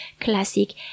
classic